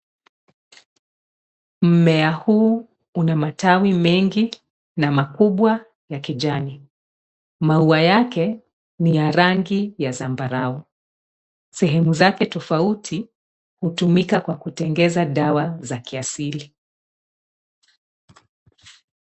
Mmea huu una matawi mengi, na makubwa ya kijani. Maua yake ni ya rangi ya zambarau. Sehemu zake tofauti hutumika kutengeneza dawa za kiasili.